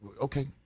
okay